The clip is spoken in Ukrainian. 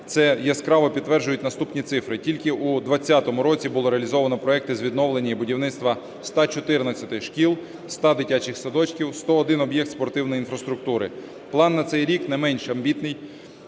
це яскраво підтверджують наступні цифри. Тільки у 20-му році було реалізовано проекти з відновлення і будівництва 114 шкіл, 100 дитячих садочків, 101 об'єкт спортивної інфраструктури. План на цей рік не менш амбітний: